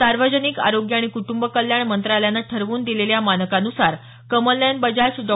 सार्वजनिक आरोग्य आणि कुटुंब कल्याण मंत्रालयानं ठरवून दिलेल्या मानकानुसार कमलनयन बजाज डॉ